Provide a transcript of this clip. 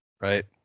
right